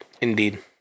Indeed